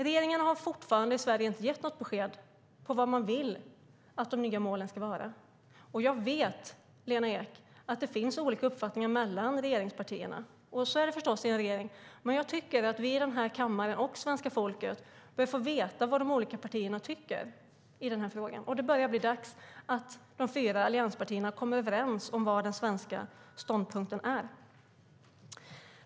Regeringen i Sverige har fortfarande inte gett något besked om vad den vill att de nya målen ska vara. Jag vet, Lena Ek, att det finns olika uppfattningar bland regeringspartierna. Så är det förstås i en regering. Men jag tycker att vi här i kammaren och svenska folket bör få veta vad de olika partierna tycker i den här frågan. Det börjar bli dags att de fyra allianspartierna kommer överens om vad den svenska ståndpunkten är.